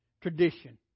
tradition